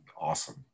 awesome